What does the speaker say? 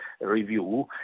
review